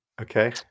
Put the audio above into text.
Okay